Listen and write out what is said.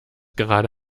gerade